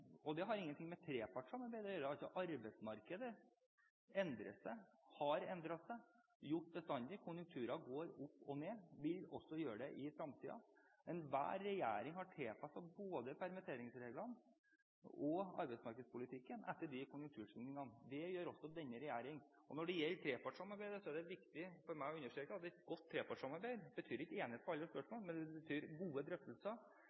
og det har ingenting med trepartssamarbeidet å gjøre – at arbeidsmarkedet endrer seg og har endret seg. Det har det gjort bestandig – konjunkturer går opp og ned – det vil også gjøre det i fremtiden. Enhver regjering har tilpasset både permitteringsreglene og arbeidsmarkedspolitikken etter konjunktursvingningene. Det gjør også denne regjeringen. Når det gjelder trepartssamarbeidet, er det viktig for meg å understreke at et godt trepartssamarbeid betyr ikke enighet om alle